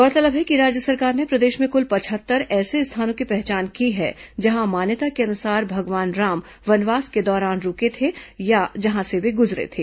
गौरतलब है कि राज्य सरकार ने प्रदेश में कुल पचहत्तर ऐसे स्थानों की पहचान की है जहां मान्यता के अनुसार भगवान राम वनवास के दौरान रूके थे या जहां से वे गुजरे थे